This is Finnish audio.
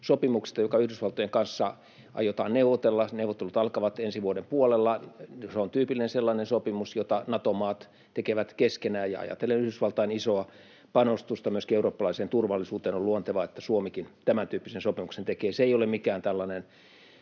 sopimuksesta, joka Yhdysvaltojen kanssa aiotaan neuvotella. Neuvottelut alkavat ensi vuoden puolella. Se on tyypillinen sellainen sopimus, jota Nato-maat tekevät keskenään, ja ajatellen Yhdysvaltain isoa panostusta myöskin eurooppalaiseen turvallisuuteen on luontevaa, että Suomikin tämäntyyppisen sopimuksen tekee. Se ei ole mikään tällainen